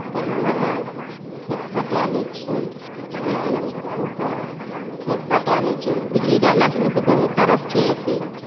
कयलहुँ उएह खेत पटाए लैत छियै लाइनोपर ओहिपर उएह खेत पटाए लैत छियै बिजली रहलासँ बहुत तरफ छै अथी